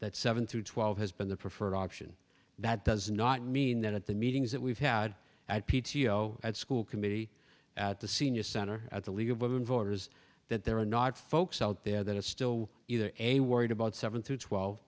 that seven through twelve has been the preferred option that does not mean that at the meetings that we've had at p t o at school committee at the senior center at the league of women voters that there are not folks out there that are still either a worried about seven through twelve